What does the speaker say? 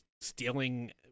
stealing